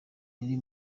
riri